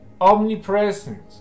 omnipresent